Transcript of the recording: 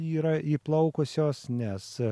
yra įplaukusios nes